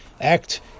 act